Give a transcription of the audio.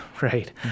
Right